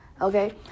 okay